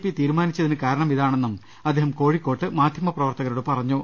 P തീരുമാ നിച്ചതിന് കാരണമിതാണെന്നും അദ്ദേഹം കോഴിക്കോട്ട് മാധ്യമ പ്രവർത്തക രോട് പറഞ്ഞു